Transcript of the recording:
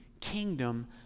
kingdom